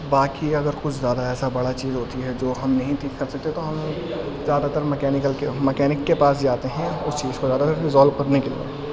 باقی اگر کچھ زیادہ ایسا بڑا چیز ہوتی ہے جو ہم نہیں ٹھیک کر سکتے تو ہم زیادہ تر مکینکل مکینک کے پاس جاتے ہیں اس چیز کو زیادہ تر ریزالو کرنے کے لیے